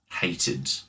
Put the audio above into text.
hated